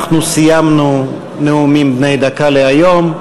אנחנו סיימנו את הנאומים בני דקה להיום.